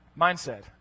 mindset